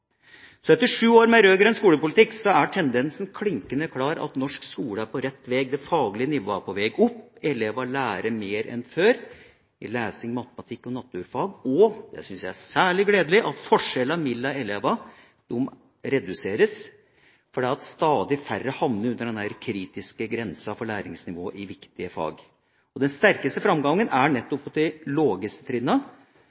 Så etter sju år med rød-grønn skolepolitikk er tendensen klinkende klar: Norsk skole er på rett veg, det faglige nivået er på veg opp, elevene lærer mer enn før – i lesing, matematikk og naturfag – og, det syns jeg er særlig gledelig, forskjellene mellom elevene reduseres. Stadig færre havner under den kritiske grensen for læringsnivået i viktige fag. Den sterkeste framgangen er